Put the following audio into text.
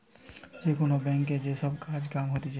যে কোন ব্যাংকে যে সব কাজ কাম হতিছে